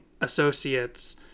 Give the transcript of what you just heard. associates